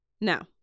Now